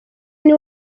niwe